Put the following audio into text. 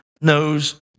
knows